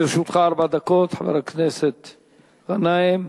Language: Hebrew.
לרשותך ארבע דקות, חבר הכנסת גנאים.